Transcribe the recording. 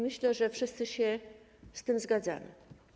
Myślę, że wszyscy się z tym zgadzamy.